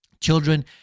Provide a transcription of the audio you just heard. children